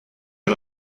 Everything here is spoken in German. ihr